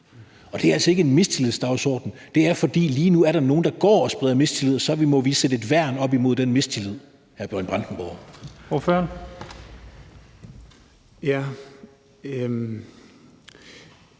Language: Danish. Og det er altså ikke en mistillidsdagsorden; det er, fordi der lige nu er nogle, der går og spreder mistillid, og så må vi sætte et værn op imod den mistillid, hr. Bjørn Brandenborg. Kl. 15:12